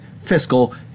fiscal